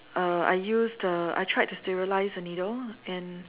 uh I used the I tried to sterilise a needle and